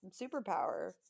superpower